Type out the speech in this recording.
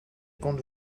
comptes